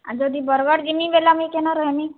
ଆଉ ଯଦି ବରଗଡ଼ ଯିମି ବୋଲା ମୁଇଁ କେନା ରହିମି